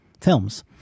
films